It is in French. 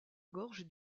gorge